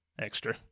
extra